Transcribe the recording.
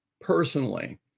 personally